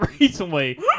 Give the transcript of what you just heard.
recently